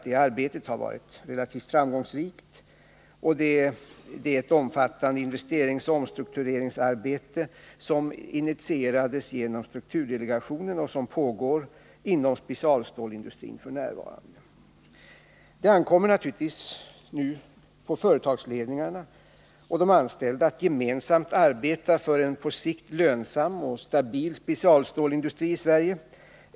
Det omfattande investeringsoch omstruktureringsarbete inom specialstålsindustrin som initierades genom strukturdelegationen pågår alltjämt. Det ankommer naturligtvis nu på företagsledningarna och på de anställda att gemensamt arbeta för en på sikt lönsam och stabil specialstålsindustri i Sverige.